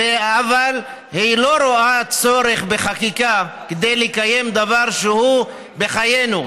אבל היא לא רואה צורך בחקיקה כדי לקיים דבר שהוא בחיינו,